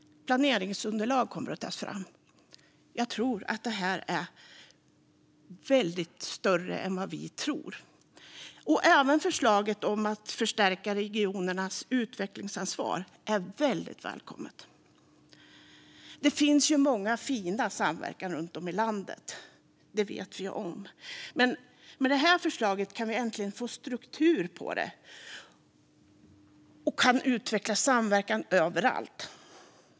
Planeringsunderlag kommer att tas fram. Det här är större än vad vi tror. Även förslaget om att förstärka regionernas utvecklingsansvar är välkommet. Det finns många fina exempel på samverkan runt om i landet, men med det här förslaget får vi äntligen en struktur på plats och kan utveckla samverkan överallt.